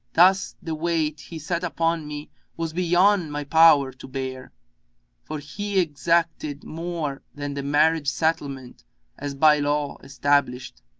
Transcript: thus the weight he set upon me was beyond my power to bear for he exacted more than the marriage settlement as by law established.